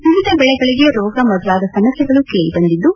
ವಿವಿಧ ಬೆಳೆಗಳಿಗೆ ರೋಗ ಮೊದಲಾದ ಸಮಸ್ಥೆಗಳು ಕೇಳಿಬಂದಿದ್ದು